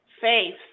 faith